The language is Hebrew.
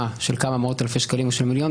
של כמה מאות אלפי שקלים או של מיליונים,